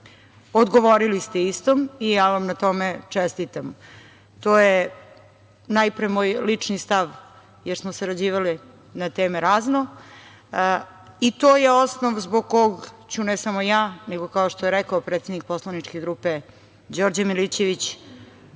Odgovorili ste istom i ja vam na tome čestitam. To je najpre moj lični stav, jer smo sarađivale na raznim temama i to je osnov zbog kog ću, ne samo ja, nego kao što je rekao predsednik Poslaničke grupe Đorđe Milićević,